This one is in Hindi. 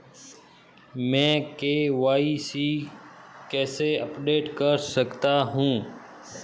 मैं के.वाई.सी कैसे अपडेट कर सकता हूं?